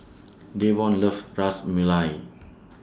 Davon loves Ras Malai